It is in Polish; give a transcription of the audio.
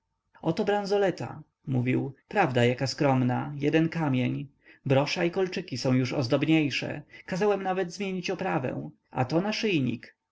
oto bransoleta mówił prawda jaka skromna jeden kamień brosza i kolczyki już są ozdobniejsze kazałem nawet zmienić oprawę a to naszyjnik